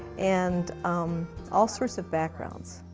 and um all sorts of backgrounds.